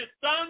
Son